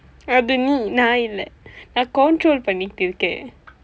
அது நீ நான் இல்லை நான்:athu nii naan illai naan control பண்ணிட்டு இருக்கிறேன்:pannitdu irukkireen